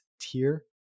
tier